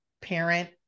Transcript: parent